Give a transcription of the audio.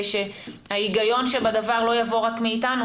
שההיגיון שבדבר לא יבוא רק מאיתנו,